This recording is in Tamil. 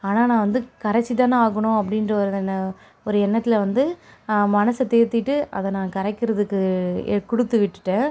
ஆனால் நான் வந்து கரைச்சு தானே ஆகணும் அப்படின்ற ஒரு ஒரு எண்ணத்தில் வந்து மனசை தேற்றிட்டு அதை நான் கரைக்கிறதுக்கு கொடுத்து விட்டுவிட்டேன்